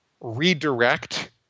redirect